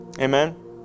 amen